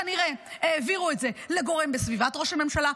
כנראה העבירו את זה לגורם בסביבת ראש הממשלה,